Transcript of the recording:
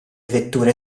vetture